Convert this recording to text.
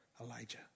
Elijah